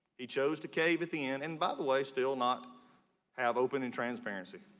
he chose to cave at the end and by the way still not have open and transparency.